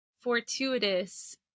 fortuitous